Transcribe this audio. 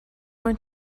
more